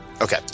Okay